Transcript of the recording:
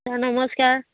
sir নমস্কাৰ